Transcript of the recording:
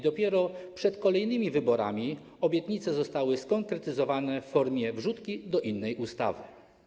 Dopiero przed kolejnymi wyborami obietnice zostały skonkretyzowane w formie wrzutki do innej ustawy.